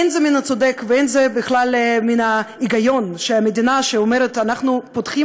אין זה מן הצדק ואין זה בכלל מן ההיגיון שהמדינה אומרת: אנחנו פותחים